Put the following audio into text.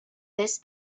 this